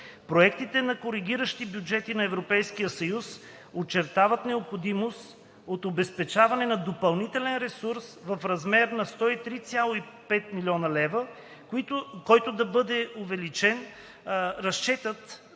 Проектите на коригиращи бюджети на Европейския съюз очертават необходимост от обезпечаване на допълнителен ресурс в размер на 103,5 млн. лв., с който да бъде увеличен разчетът